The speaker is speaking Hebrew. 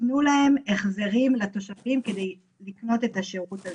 תנו להם החזרים לתושבים כדי לקנות את השירות הזה.